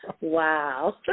Wow